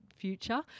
future